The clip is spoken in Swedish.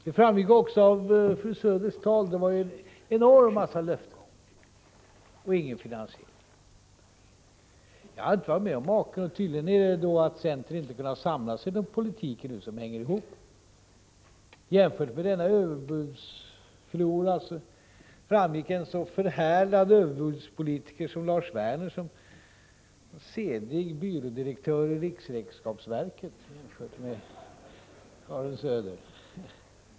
Det framgick också av fru Söders tal som bestod av en enorm massa löften men ingen finansiering. Jag har aldrig varit med om maken! Centern har tydligen inte kunnat samla sig kring en politik som hänger ihop. Jämfört med denna överbudsflora framstod en så förhärdad överbudspolitiker som Lars Werner som sedig byrådirektör i riksräkenskapsverket.